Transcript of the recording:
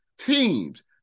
teams